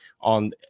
on